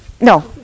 No